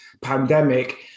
pandemic